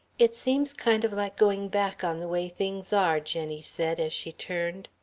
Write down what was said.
it seems kind of like going back on the ways things are, jenny said, as she turned.